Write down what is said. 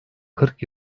kırk